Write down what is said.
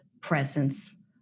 presence